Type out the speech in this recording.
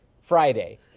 Friday